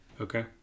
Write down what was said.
Okay